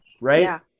Right